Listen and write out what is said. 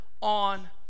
on